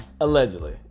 Allegedly